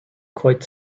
quite